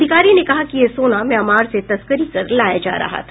अधिकारी ने कहा कि यह सोना म्यांमार से तस्करी कर लाया जा रहा था